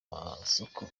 masoko